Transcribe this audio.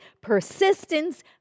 persistence